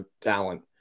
talent